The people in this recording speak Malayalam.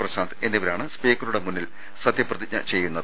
പ്രശാന്ത് എന്നിവരാണ് സ്പീക്കറുടെ മുന്നിൽ സത്യപ്രതിജ്ഞ ചെയ്യുന്നത്